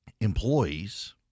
Employees